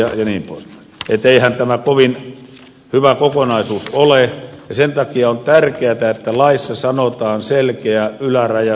niin että eihän tämä kovin hyvä kokonaisuus ole ja sen takia on tärkeätä että laissa sanotaan selkeä yläraja sitoutumisessa